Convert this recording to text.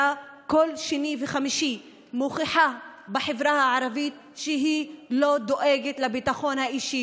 כל שני וחמישי המשטרה מוכיחה שהיא לא דואגת לביטחון האישי